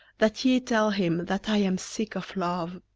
that ye tell him, that i am sick of love.